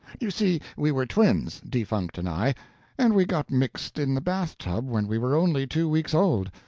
you see, we were twins defunct and i and we got mixed in the bathtub when we were only two weeks old,